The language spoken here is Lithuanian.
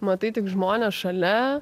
matai tik žmonės šalia